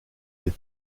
des